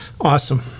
Awesome